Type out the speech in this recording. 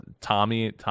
Tommy